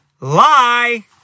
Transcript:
Lie